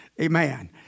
Amen